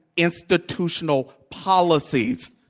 institutional policies